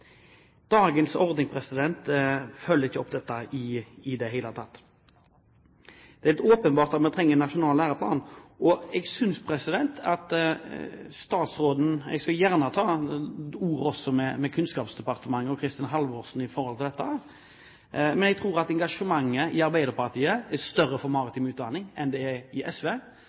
Dagens ordning følger ikke opp dette i det hele tatt. Det er helt åpenbart at man trenger en nasjonal læreplan – og jeg skal gjerne ta et ord også med Kunnskapsdepartementet og Kristin Halvorsen om dette, men jeg tror at engasjementet for maritim utdanning er større i Arbeiderpartiet enn det er i SV.